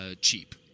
cheap